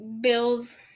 Bills